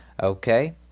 Okay